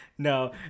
No